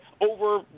over